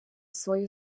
свою